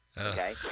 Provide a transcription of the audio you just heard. Okay